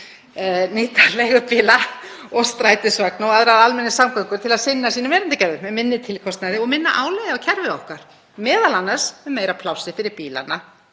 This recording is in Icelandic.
nýtt leigubíla og strætisvagna og aðrar almenningssamgöngur til að sinna sínum erindagjörðum með minni tilkostnaði og minna álagi á kerfið okkar, m.a. með meira plássi fyrir bílana,